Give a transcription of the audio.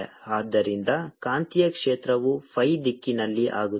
ಆದ್ದರಿಂದ ಕಾಂತೀಯ ಕ್ಷೇತ್ರವು phi ದಿಕ್ಕಿನಲ್ಲಿ ಆಗುತ್ತದೆ